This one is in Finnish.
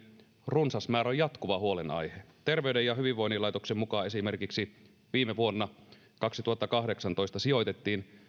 runsas määrä on jatkuva huolenaihe terveyden ja hyvinvoinnin laitoksen mukaan esimerkiksi viime vuonna kaksituhattakahdeksantoista sijoitettiin